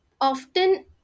often